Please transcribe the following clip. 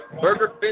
Burger